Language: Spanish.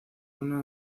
una